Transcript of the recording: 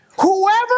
Whoever